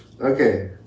Okay